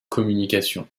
communication